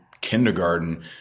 kindergarten